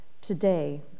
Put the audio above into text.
Today